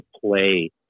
play